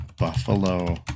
Buffalo